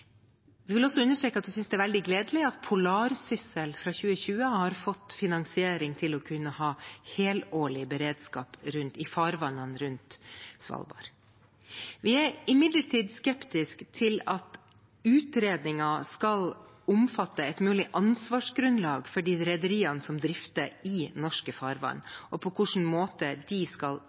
Vi vil også understreke at vi synes det er veldig gledelig at MS «Polarsyssel» fra 2020 får finansiering til å kunne ha helårig beredskap i farvannene rundt Svalbard. Vi er imidlertid skeptiske til at utredningen skal omfatte et mulig ansvarsgrunnlag for de rederiene som drifter i norske farvann, og på hvilken måte de skal